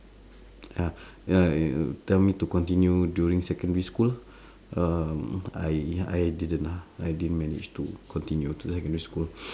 ya ya ya ya tell me to continue during secondary school um I I didn't ah I didn't manage to continue to secondary school